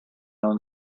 own